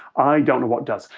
i don't know what does.